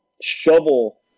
shovel